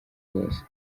zose